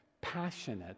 passionate